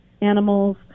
animals